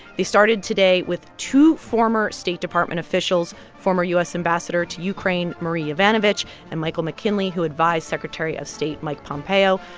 they started today with two former state department officials, former u s. ambassador to ukraine marie yovanovitch and michael mckinley, who advised secretary of state mike pompeo.